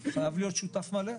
חייב להיות שותף מלא.